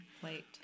plate